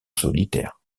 solitaire